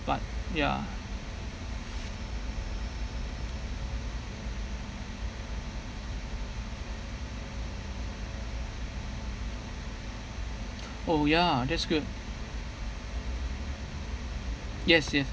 but ya oh ya that's good yes yes